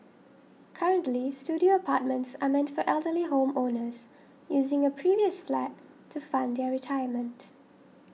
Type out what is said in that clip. currently studio apartments are meant for elderly home owners using a previous flat to fund their retirement